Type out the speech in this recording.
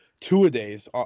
two-a-days